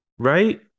Right